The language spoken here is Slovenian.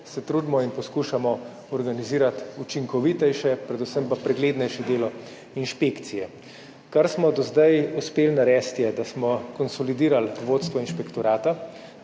se trudimo in poskušamo organizirati učinkovitejše, predvsem pa preglednejše delo inšpekcije. Kar smo do zdaj uspeli narediti je, da smo konsolidirali vodstvo inšpektorata